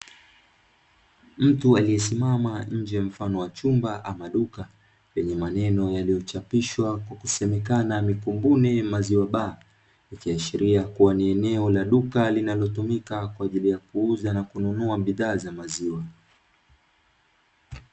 Mtu aliyesimama nje ya mfano wa chumba ama duka lenye maneno yaliyochapishwa kwa kusemekana mkunguni maziwa bar, ikiashiria kuwa ni eneo la duka linalotumika kwaajili ya kuuza na kunua bidhaa za maziwa.